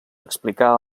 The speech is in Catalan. explicar